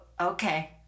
okay